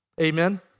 Amen